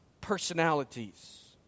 personalities